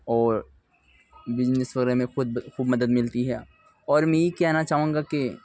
اور بزنس وغیرہ میں خوب مدد ملتی ہے اور میں یہی کہنا چاہوں گا کہ